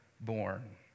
born